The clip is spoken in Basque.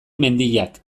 mendiak